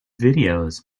videos